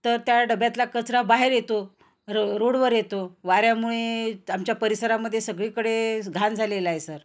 तर त्या डब्यातला कचरा बाहेर येतो र रोडवर येतो वाऱ्यामुळे आमच्या परिसरामध्ये सगळीकडेच घाण झालेलं आहे सर